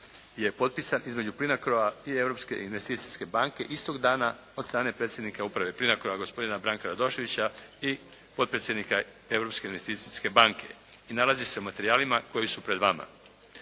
je potpisan između "PLINACRO-a" i Europske investicijske banke istog dana od strane predsjednika Uprave "PLINACRO-a" gospodina Branka Radoševića i potpredsjednika Europske investicijske banke i nalazi se u materijalima koji su pred vama.